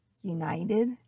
united